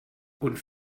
und